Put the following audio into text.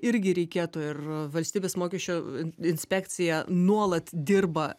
irgi reikėtų ir valstybės mokesčių inspekcija nuolat dirba